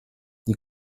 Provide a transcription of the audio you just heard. die